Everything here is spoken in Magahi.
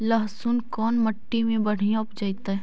लहसुन कोन मट्टी मे बढ़िया उपजतै?